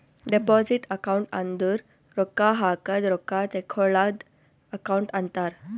deposit account ಅಂದುರ್ ರೊಕ್ಕಾ ಹಾಕದ್ ರೊಕ್ಕಾ ತೇಕ್ಕೋಳದ್ ಅಕೌಂಟ್ ಅಂತಾರ್